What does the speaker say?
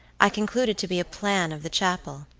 i concluded to be a plan of the chapel.